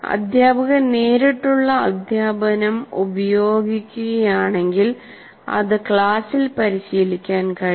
അധ്യാപകൻ നേരിട്ടുള്ള അധ്യാപനം ഉപയോഗിക്കുകയാണെങ്കിൽ അത് ക്ലാസ്സിൽ പരിശീലിക്കാൻ കഴിയും